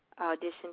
audition